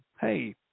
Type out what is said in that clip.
hey